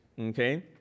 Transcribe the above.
okay